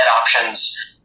options